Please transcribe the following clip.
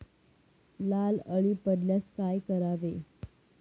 लाल अळी पडल्यास काय करावे?